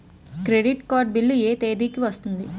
Credit card bill ఎ తేదీ కి వస్తుంది?